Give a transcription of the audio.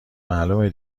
معلومه